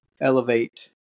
elevate